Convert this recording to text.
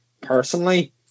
personally